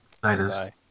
Bye